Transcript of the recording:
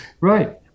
right